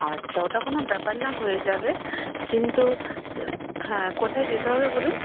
আচ্ছা ওটা কোনো ব্যাপার না হয়ে যাবে কিন্তু হ্যাঁ কোথায় যেতে হবে বলুন